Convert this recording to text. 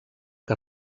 que